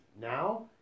Now